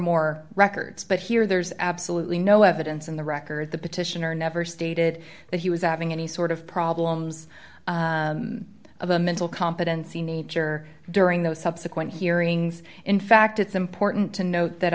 more records but here there's absolutely no evidence in the record the petitioner never stated that he was adding any sort of problems of a mental competency needs or during those subsequent hearings in fact it's important to note that